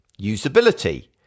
Usability